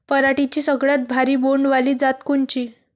पराटीची सगळ्यात भारी बोंड वाली जात कोनची?